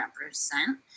represent